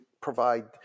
provide